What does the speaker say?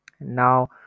Now